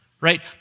right